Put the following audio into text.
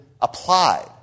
applied